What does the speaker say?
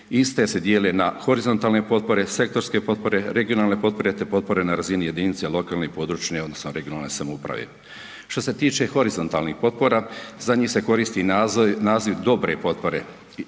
iste se dijele na horizontalne potpore, sektorske potpore, regionalne potpore te potpore na razini jedinice lokalne i područje odnosno regionalne samouprave. Što se tiče horizontalnih potpora za njih se koristi naziv dobre potpore